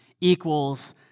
equals